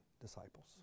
disciples